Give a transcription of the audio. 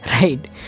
right